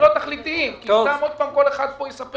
צריך להיות תכליתיים כי זה שכל אחד כאן יספר